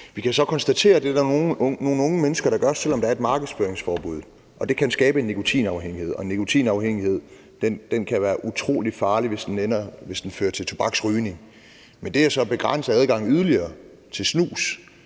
Vi kan så konstatere, at der er nogle unge mennesker, der vælger at bruge snus, selv om der er et markedsføringsforbud, og det kan skabe en nikotinafhængighed, og nikotinafhængighed kan være utrolig farlig, hvis den fører til tobaksrygning. Men det at begrænse adgangen yderligere til snus